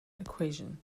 equation